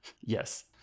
Yes